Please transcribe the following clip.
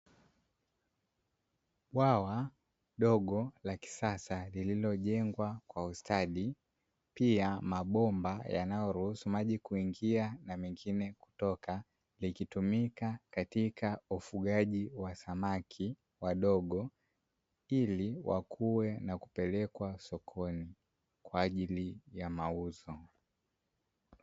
Bwawa dogo la kisasa lililojengwa kwa ustadi pia mabomba yanayoruhusu maji kuingia na mengine kutoka, likitumika katika ufugaji wa samaki wadogo ili wakuwe na kupelekwa sokoni kwaajili ya mauzo.